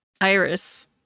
Iris